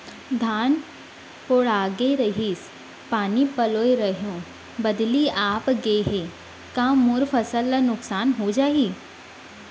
धान पोठागे रहीस, पानी पलोय रहेंव, बदली आप गे हे, का मोर फसल ल नुकसान हो जाही?